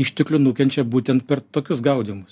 išteklių nukenčia būtent per tokius gaudymus